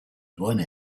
one